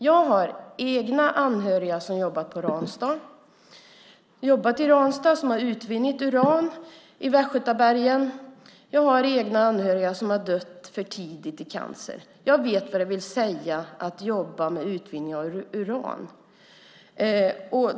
Jag har anhöriga som har jobbat i Ramstad med att utvinna uran i Västgötabergen. Jag har anhöriga som har dött för tidigt i cancer. Jag vet vad det vill säga att jobba med utvinning av uran.